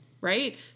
right